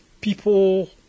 People